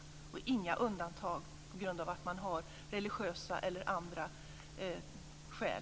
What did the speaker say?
Det får inte finnas några undantag av religiösa eller andra skäl.